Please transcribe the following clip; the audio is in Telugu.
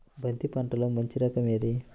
బంతి పంటలో మంచి రకం ఏది?